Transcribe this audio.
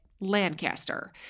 Lancaster